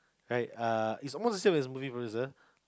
right uh it's almost the same as movie producer